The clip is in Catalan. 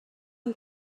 amb